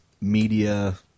media